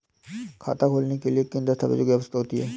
खाता खोलने के लिए किन दस्तावेजों की आवश्यकता होती है?